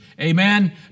amen